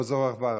או זרח ורהפטיג?